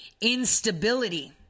instability